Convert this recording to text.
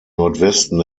nordwesten